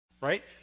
Right